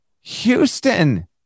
Houston